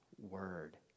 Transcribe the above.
Word